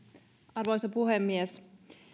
arvoisa puhemies